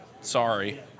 sorry